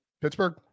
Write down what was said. Pittsburgh